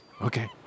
Okay